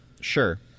Sure